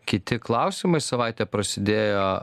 kiti klausimai savaitė prasidėjo